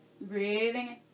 Breathing